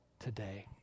today